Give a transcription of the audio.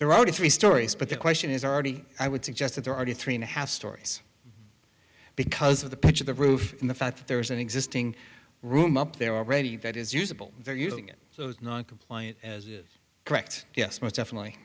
there are three stories but the question is already i would suggest that there are three and a half stories because of the pitch of the roof and the fact that there is an existing room up there already that is usable there using it non compliant as correct yes most definitely